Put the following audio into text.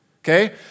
okay